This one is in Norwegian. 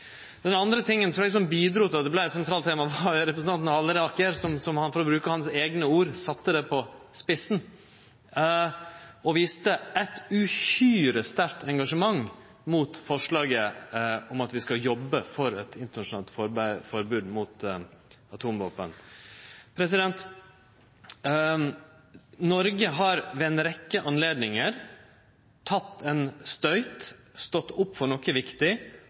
andre som bidrog til at det vart eit sentralt tema, var representanten Halleraker som, for å bruke hans eigne ord, sette det på spissen og viste eit uhyre sterkt engasjement mot forslaget om at vi skal jobbe for eit internasjonalt forbod mot atomvåpen. Noreg har ved ei rekkje anledningar teke ein støyt, stått opp for noko viktig